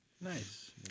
Nice